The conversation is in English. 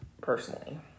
personally